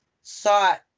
sought